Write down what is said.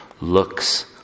looks